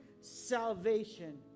salvation